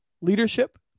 leadership